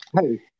Hey